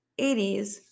80s